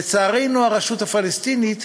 לצערנו, הרשות הפלסטינית